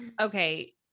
Okay